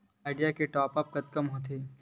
Idea के top आप कतका म होथे?